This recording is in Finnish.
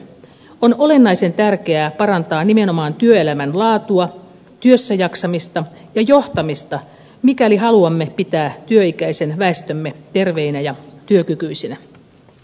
on olennaisen tärkeää parantaa nimenomaan työelämän laatua työssäjaksamista ja johtamista mikäli haluamme pitää työikäisen väestömme terveenä ja työkykyisenä